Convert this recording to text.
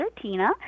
Tina